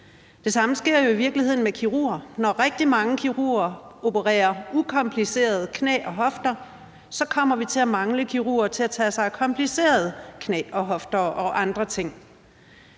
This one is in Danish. Det samme sker jo i virkeligheden med kirurger. Når rigtig mange kirurger udfører ukomplicerede knæ- og hofteoperationer, kommer vi til at mangle kirurger til at tage sig af komplicerede knæ- og hofteoperationer og andre ting.